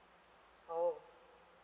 oh